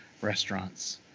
restaurants